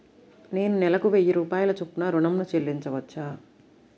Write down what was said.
నేను నెలకు వెయ్యి రూపాయల చొప్పున ఋణం ను చెల్లించవచ్చా?